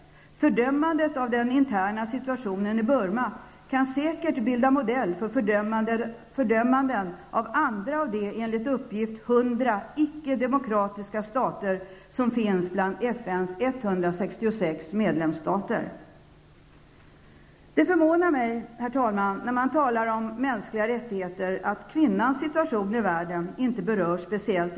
Fördömandet av situationen internt i Burma kan säkert stå som modell för fördömanden av andra av de, enligt uppgift, 100 icke demokratiska stater som återfinns bland FNs Herr talman! När det talas om mänskliga rättigheter blir jag förvånad över att situationen för kvinnorna i världen inte berörs speciellt.